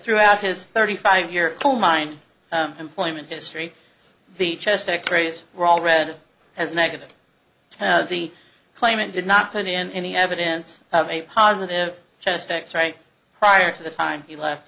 throughout his thirty five year old mine employment history the chest x rays were all read as negative the claimant did not put in any evidence of a positive chest x ray prior to the time he left